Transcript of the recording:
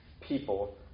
people